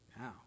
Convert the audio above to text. Wow